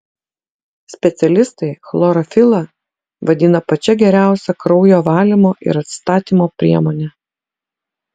specialistai chlorofilą vadina pačia geriausia kraujo valymo ir atstatymo priemone